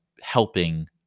helping